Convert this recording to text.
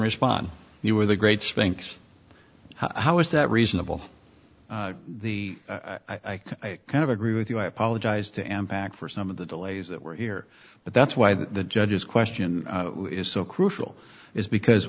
respond you were the great sphinx how is that reasonable the i kind of agree with you i apologized to am back for some of the delays that were here but that's why the judges question is so crucial is because